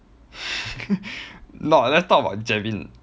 no let's talk about jervin